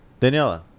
Daniela